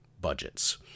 budgets